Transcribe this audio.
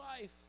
life